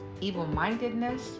evil-mindedness